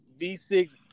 V6